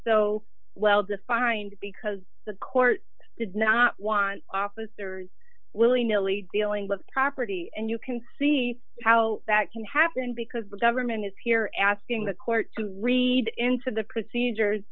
so well defined because the court did not want officers willy nilly dealing with property and you can see how that can happen because the government is here asking the court to read into the procedures